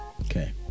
Okay